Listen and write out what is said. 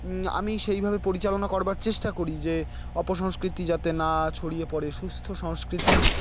আমি সেইভাবে পরিচালনা করবার চেষ্টা করি যে অপসংস্কৃতি যাতে না ছড়িয়ে পড়ে সুস্থ সংস্কৃতি